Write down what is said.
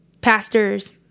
pastors